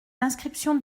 l’inscription